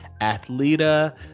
athleta